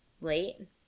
late